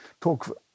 talk